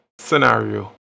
scenario